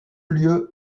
lieu